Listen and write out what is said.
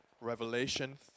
Revelation